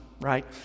right